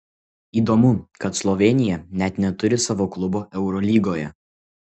įdomu kad slovėnija net neturi savo klubo eurolygoje